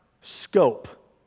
scope